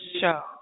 Show